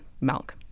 milk